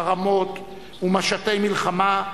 חרמות ומשטי מלחמה,